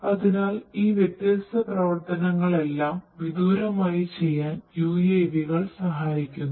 അതിനാൽ ഈ വ്യത്യസ്ത പ്രവർത്തനങ്ങളെല്ലാം വിദൂരമായി ചെയ്യാൻ UAV കൾ സഹായിക്കുന്നു